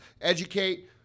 Educate